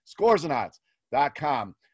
Scoresandodds.com